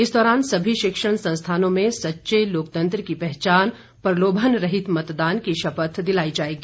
इस दौरान सभी शिक्षण संस्थानों में सच्चे लोकतंत्र की पहचान प्रलोभन रहित मतदान की शपथ दिलाई जाएगी